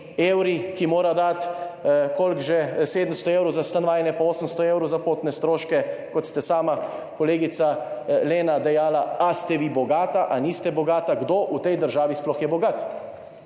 evri, ki mora dati – koliko že? – 700 evrov za stanovanje pa 800 evrov za potne stroške, kot ste sami, kolegica Lena, dejali, ali ste vi bogati ali niste bogati, kdo v tej državi sploh je bogat.